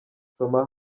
soma